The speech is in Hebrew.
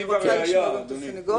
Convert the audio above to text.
יהיו כאן 30 שנים מקסימום,